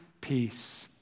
peace